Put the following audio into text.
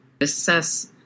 assess